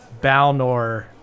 Balnor